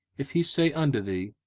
if he say unto thee,